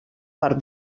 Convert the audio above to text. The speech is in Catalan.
part